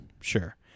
Sure